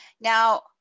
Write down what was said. Now